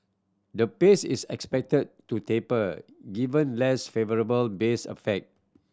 the pace is expected to taper given less favourable base effect